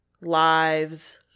Lives